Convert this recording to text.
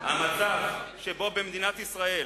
המצב שבו במדינת ישראל,